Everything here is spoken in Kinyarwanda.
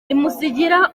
imusigira